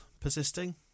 persisting